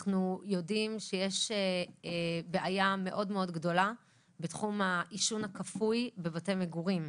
אנחנו יודעים שיש בעיה מאוד גדולה בתחום העישון הכפוי בבתי מגורים.